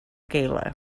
gala